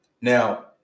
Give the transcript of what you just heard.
Now